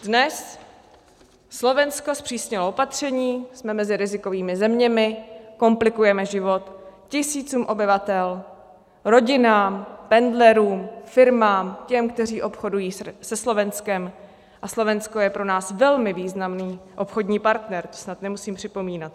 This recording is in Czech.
Dnes Slovensko zpřísnilo opatření, jsme mezi rizikovými zeměmi, komplikujeme život tisícům obyvatel, rodinám, pendlerům, firmám, těm, kteří obchodují se Slovenskem a Slovensko je pro nás velmi významný obchodní partner, to snad nemusím připomínat.